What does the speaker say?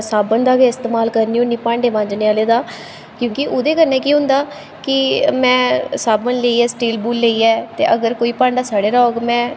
साबन दा गै इस्तेमाल करनी होन्नी भांडे मांजने आह्ले दा क्योंकि ओह्दे कन्नै केह् होंदा कि में साबन लेइयै स्टील बूल लेइयै ते अगर कोई भांडा सड़े दा होग में